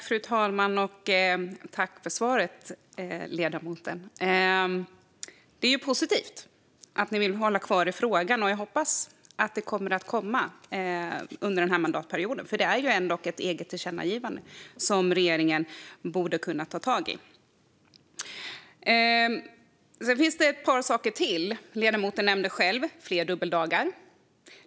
Fru talman! Tack för svaret, ledamoten! Det är positivt att ni vill hålla kvar frågan. Jag hoppas att detta kommer att komma under mandatperioden, för det är ändå ett eget tillkännagivande som regeringen borde kunna ta tag i. Det finns ett par saker till. Ledamoten nämnde själv fler dubbeldagar.